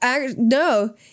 no